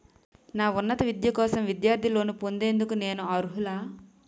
నా ఉన్నత విద్య కోసం విద్యార్థి లోన్ పొందేందుకు నేను అర్హులా?